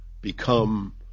become